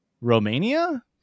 Romania